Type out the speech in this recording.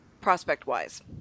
prospect-wise